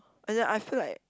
ah ya I feel like